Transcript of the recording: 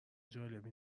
جالبی